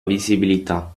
visibilità